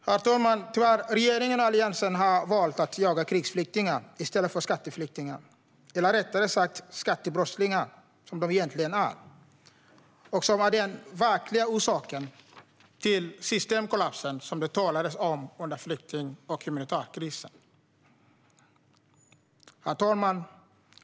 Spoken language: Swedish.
Herr talman! Regeringen och Alliansen har tyvärr valt att jaga krigsflyktingar i stället för skatteflyktingar, eller rättare sagt skattebrottslingar som de egentligen är. De är den verkliga orsaken till den systemkollaps som det talades om under flykting och humanitärkrisen. Herr talman!